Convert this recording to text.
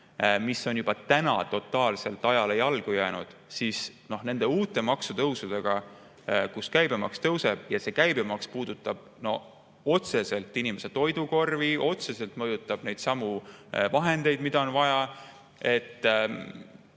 mis on juba täna totaalselt ajale jalgu jäänud, siis nende uute maksutõusudega, mille korral käibemaks tõuseb ja see käibemaks puudutab otseselt inimese toidukorvi, otseselt mõjutab neidsamu vahendeid, mida on vaja, nende